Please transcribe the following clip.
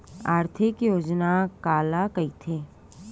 आर्थिक योजना काला कइथे?